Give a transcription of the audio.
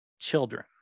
children